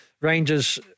Rangers